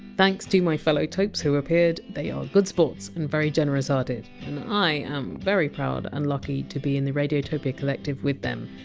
thanks to my fellow topes who appeared, they are good sports and very generous-hearted, and i am very proud and lucky to be in the radiotopia collective with them.